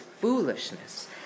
foolishness